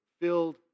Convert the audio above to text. filled